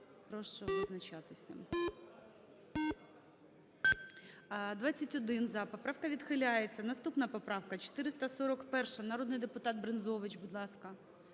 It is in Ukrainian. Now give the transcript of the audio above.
прошу визначатися. 16:42:33 За-21 Поправка відхиляється. Наступна поправка 441. Народний депутат Брензович, будь ласка,